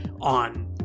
on